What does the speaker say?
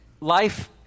Life